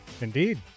Indeed